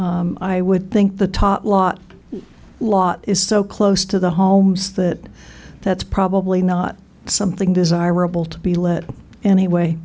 w i would think the top lot lot is so close to the homes that that's probably not something desirable to be let anyway